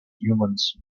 humans